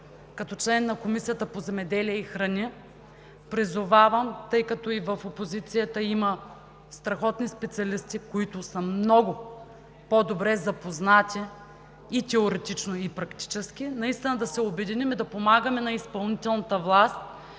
Като член на Комисията по земеделието и храните, призовавам, тъй като и в опозицията има страхотни специалисти, които са много по-добре запознати – и теоретично, и практически, наистина да се обединим и да помагаме на изпълнителната власт